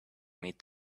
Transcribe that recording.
meet